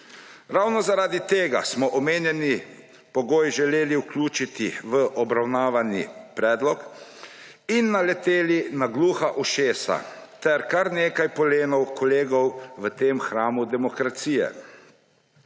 Ravno zaradi tega smo omenjeni pogoj želeli vključiti v obravnavani predlog in naleteli na gluha ušesa ter kar nekaj polen kolegov v tem hramu demokracije.